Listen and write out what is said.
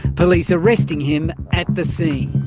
police arresting him at the scene.